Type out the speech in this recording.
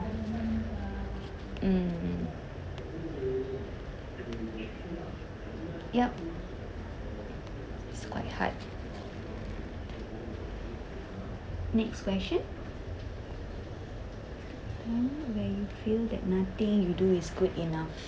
mm yup it's quite hard next question time where you feel that nothing you do is good enough